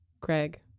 Craig